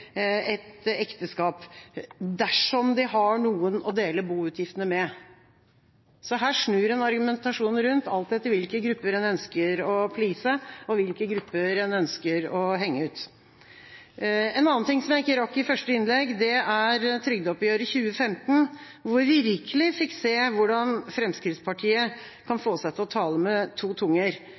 ekteskap, dersom de har noen å dele boutgiftene med. Så her snur en argumentasjonen rundt alt etter hvilke grupper en ønsker å «please», og hvilke grupper en ønsker å henge ut. En annen ting som jeg ikke rakk å nevne i mitt første innlegg, er trygdeoppgjøret for 2015, hvor vi virkelig fikk se hvordan Fremskrittspartiet kan få seg til å tale med to tunger.